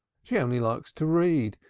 she only likes to read.